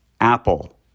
Apple